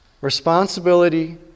responsibility